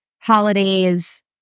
holidays